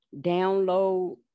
download